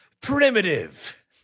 primitive